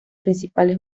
principales